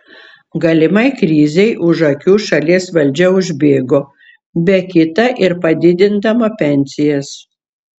galimai krizei už akių šalies valdžia užbėgo be kita ir padidindama pensijas